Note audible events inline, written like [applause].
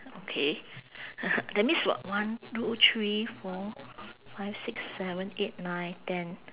okay [laughs] that means what one two three four five six seven eight nine ten